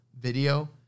video